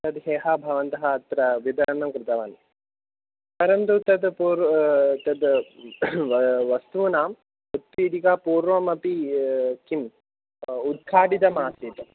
तद् ह्यः भवन्तः अत्र वितरणं कृतवान् परन्तु तद् पूर् तद् व वस्तूनाम् उत्पीटिका पूर्वमपि किं उद्घाटितमासीत्